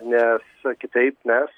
nes kitaip mes